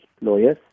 lawyers